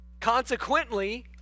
Consequently